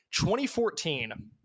2014